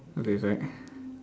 okay correct